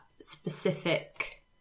specific